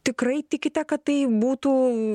tikrai tikite kad tai būtų